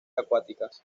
acuáticas